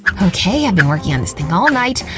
okay, i've been working on this thing all night,